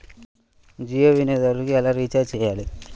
జియో వినియోగదారులు ఎలా రీఛార్జ్ చేయాలి?